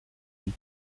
huit